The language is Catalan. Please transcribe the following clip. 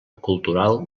cultural